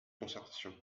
concertation